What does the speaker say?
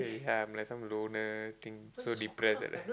ya I'm like some loner thing so depressed like that